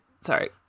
Sorry